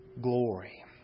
glory